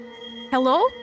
Hello